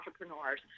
entrepreneurs